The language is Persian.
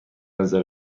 نظر